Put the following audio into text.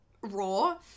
Raw